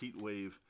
Heatwave